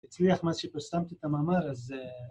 אצלי אחמד שפרסמתי את המאמר אז